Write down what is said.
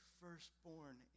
firstborn